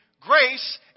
grace